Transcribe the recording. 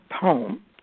poem